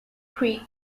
creek